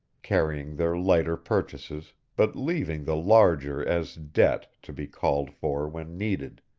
carrying their lighter purchases, but leaving the larger as debt, to be called for when needed.